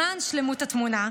למען שלמות התמונה,